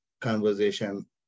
conversation